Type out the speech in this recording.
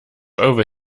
over